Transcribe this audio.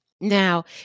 Now